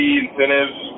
incentives